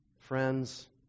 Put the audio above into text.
Friends